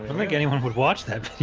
think anyone would watch that.